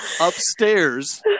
upstairs